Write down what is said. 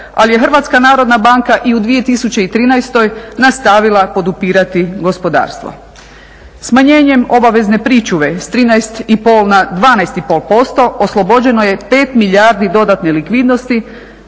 ali je Hrvatska narodna banka i u 2013. nastavila podupirati gospodarstvo. Smanjenjem obavezne pričuve s 13,5 na 12,5% oslobođeno je 5 milijardi dodatne likvidnost,